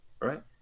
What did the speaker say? right